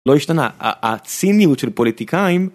לא השתנה, הציניות של פוליטיקאים